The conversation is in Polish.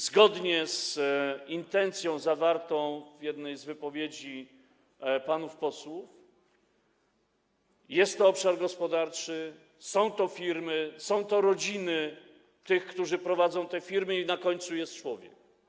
Zgodnie z intencją zawartą w jednej z wypowiedzi panów posłów: jest obszar gospodarczy, są firmy, są rodziny tych, którzy prowadzą te firmy i na końcu jest człowiek.